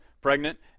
pregnant